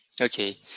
Okay